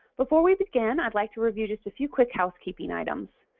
before we begin, i'd like to review just a few quick housekeeping items.